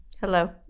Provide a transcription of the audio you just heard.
Hello